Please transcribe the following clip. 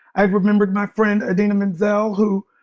i've remembered my friend idina menzel, who,